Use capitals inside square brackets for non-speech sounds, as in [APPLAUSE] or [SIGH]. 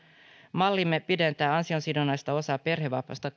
mallimme pidentää ansiosidonnaista osaa perhevapaista [UNINTELLIGIBLE]